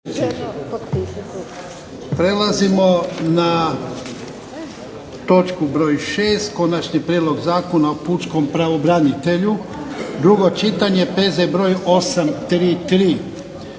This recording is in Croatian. Prelazimo na točku broj 6 –- Konačni prijedlog Zakona o pučkom pravobranitelju, drugo čitanje, P.Z. br. 833